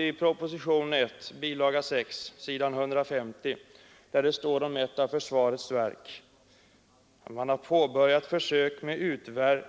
I propositionen 1, bilaga 6, s. 150, står följande om ett av försvarets verk: ”Under budgetåret 1973/74 påbörjade försök med